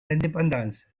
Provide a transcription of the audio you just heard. l’indépendance